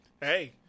Hey